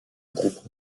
groupe